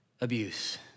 abuse